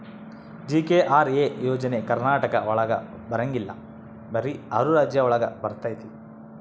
GKRA ಯೋಜನೆ ಕರ್ನಾಟಕ ಒಳಗ ಬರಂಗಿಲ್ಲ ಬರೀ ಆರು ರಾಜ್ಯ ಒಳಗ ಬರ್ತಾತಿ